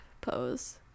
pose